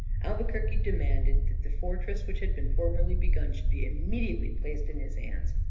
albuquerque demanded that the fortress, which had been formerly begun, should be immediately placed in his hands.